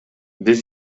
бир